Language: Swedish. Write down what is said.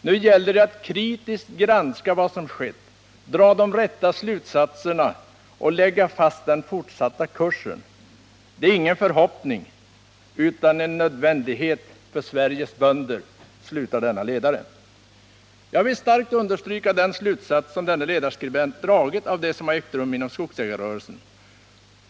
Nu gäller det att kritiskt granska vad som skett, dra de rätta slutsatserna och lägga fast den fortsatta kursen. Det är ingen förhoppning utan en nödvändighet för Sveriges bönder.” Jag vill starkt understryka den slutsats som denne ledarskribent dragit av det som ägt rum inom skogsägarrörelsen.